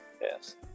Yes